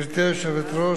גברתי היושבת-ראש,